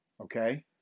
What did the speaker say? okay